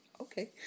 Okay